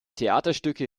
theaterstücke